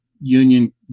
union